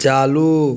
चालू